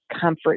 comfort